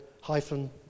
hyphen